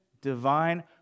divine